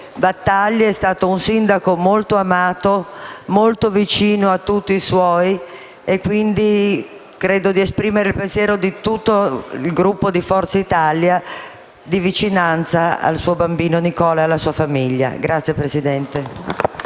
battaglie. È stato un sindaco molto amato, molto vicino a tutti i suoi. Credo, quindi, di poter esprimere il pensiero di tutto il Gruppo di Forza Italia di vicinanza al suo bambino Nicola e alla sua famiglia.